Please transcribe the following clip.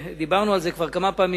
ודיברנו על זה כבר כמה פעמים,